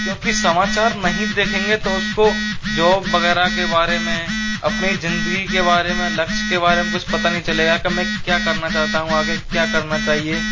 क्योंकि समाचार नहीं देखेंगे तो उसको जॉब वग़ैरह के बारे में अपने ज़िंदगी के बारे में लक्ष्य के बारे में कुछ पता नहीं चलेगा कि मैं क्या करना चाहता हूँ आगे क्या करना चाहिए